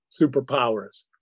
superpowers